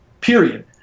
period